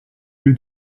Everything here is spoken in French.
lieu